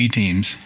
teams